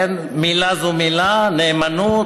מילה זו מילה, נאמנות.